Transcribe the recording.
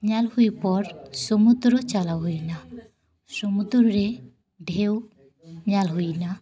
ᱧᱮᱞ ᱦᱩᱭ ᱯᱚᱨ ᱥᱚᱢᱩᱫᱫᱨᱚ ᱪᱟᱞᱟᱣ ᱦᱩᱭ ᱮᱱᱟ ᱥᱚᱢᱩᱫᱫᱨᱚ ᱨᱮ ᱰᱷᱮᱣ ᱧᱮᱞ ᱦᱩᱭ ᱮᱱᱟ